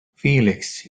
felix